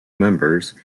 members